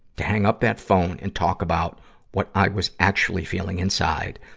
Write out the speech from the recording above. to hang up that phone and talk about what i was actually feeling inside,